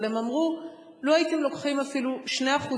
אבל הם אמרו: לו הייתם לוקחים אפילו 2%